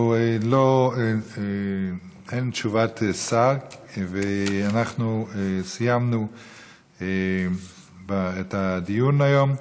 אין תשובת שר, ואנחנו סיימנו את הדיון היום.